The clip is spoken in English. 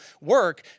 work